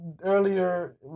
Earlier